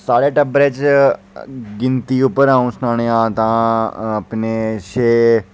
साढ़े टब्बरै च गिनती उप्पर होन सनाने होन तां